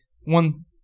one